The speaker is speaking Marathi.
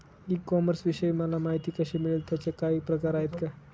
ई कॉमर्सविषयी मला माहिती कशी मिळेल? त्याचे काही प्रकार आहेत का?